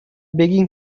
بگین